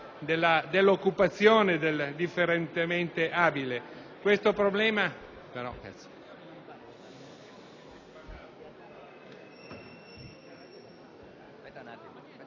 all'occupazione del differentemente abile.